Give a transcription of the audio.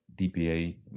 DPA